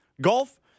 Golf